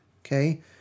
okay